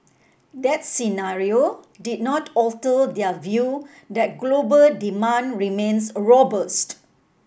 that scenario did not alter their view that global demand remains robust